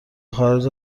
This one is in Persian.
خارج